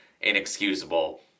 inexcusable